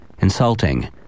insulting